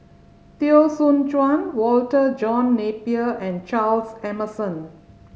Teo Soon Chuan Walter John Napier and Charles Emmerson